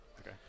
Okay